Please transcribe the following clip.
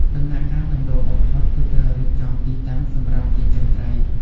ដំណាក់កាលដំបូងបំផុតគឺត្រូវរៀបចំទីតាំងសម្រាប់ចិញ្ចឹមត្រី។